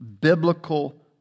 Biblical